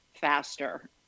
faster